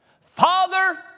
Father